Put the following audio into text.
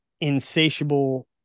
insatiable